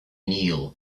kneel